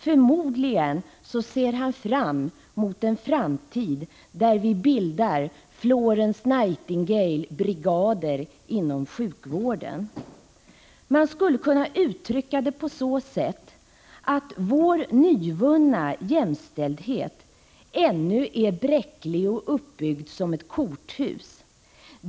Förmodligen ser han fram mot en framtid där vi bildar Florence Nightingale-brigader inom sjukvården. Man skulle kunna uttrycka det så att vår nyvunna jämställdhet ännu är bräcklig och uppbyggd som korthus.